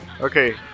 Okay